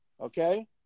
Okay